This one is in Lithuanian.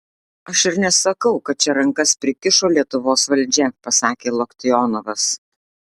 aš ir nesakau kad čia rankas prikišo lietuvos valdžia pasakė loktionovas